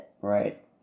Right